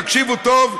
תקשיבו טוב,